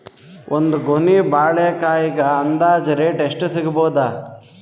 ಒಂದ್ ಗೊನಿ ಬಾಳೆಕಾಯಿಗ ಅಂದಾಜ ರೇಟ್ ಎಷ್ಟು ಸಿಗಬೋದ?